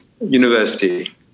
university